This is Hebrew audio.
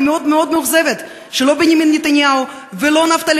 אני מאוד מאוד מאוכזבת שלא בנימין נתניהו ולא נפתלי